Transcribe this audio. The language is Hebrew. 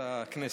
את הכנסת.